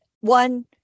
one